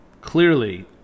clearly